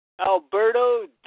Alberto